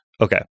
Okay